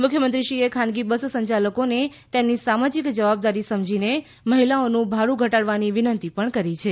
મુખ્યમંત્રીશ્રીએ ખાનગી બસ સંયાલકોને તેમની સામાજિક જવાબદારી સમજી અને મહિલાઓનું ભાડું ઘટાડવાની વિનંતી કરી છે